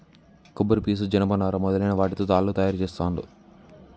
కొబ్బరి పీసు జనప నారా మొదలైన వాటితో తాళ్లు తయారు చేస్తాండ్లు